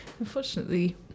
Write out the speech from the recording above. Unfortunately